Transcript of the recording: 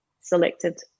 selected